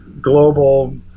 global